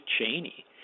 Cheney